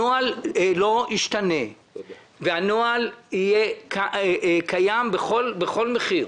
הנוהל לא ישתנה והוא יהיה קיים בכל מחיר,